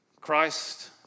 Christ